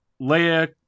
Leia